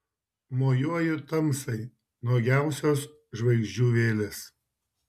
mojuoju tamsai nuogiausios žvaigždžių vėlės